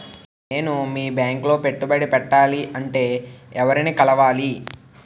నేను మీ బ్యాంక్ లో పెట్టుబడి పెట్టాలంటే ఎవరిని కలవాలి?